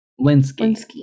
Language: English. linsky